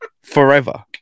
forever